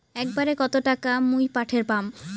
একবারে কত টাকা মুই পাঠের পাম?